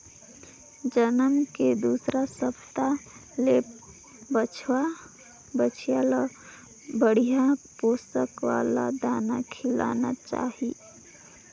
जनम के दूसर हप्ता ले बछवा, बछिया ल बड़िहा पोसक वाला दाना खिलाना चाही